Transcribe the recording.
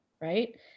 right